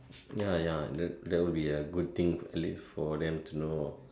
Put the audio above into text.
ya ya that that will be a good thing at least for them to know